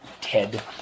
Ted